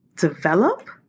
develop